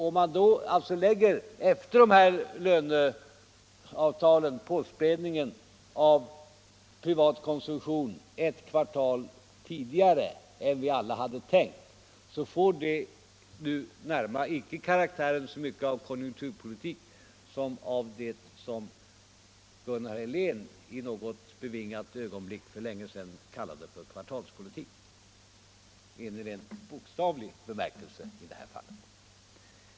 Om man efter löneavtalen lägger denna påspädning av den privata konsumtionen ett kvartal tidigare än vi alla hade tänkt, får det icke så mycket karaktären av konjunkturpolitik som av vad Gunnar Helén i något benådat ögonblick för länge sedan kallat kvartalspolitik — även i rent bokstavlig bemärkelse i det här fallet.